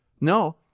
No